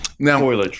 Now